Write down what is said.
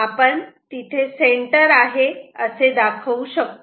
आपण तिथे सेंटर आहे असे दाखवू शकतो